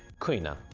kuina,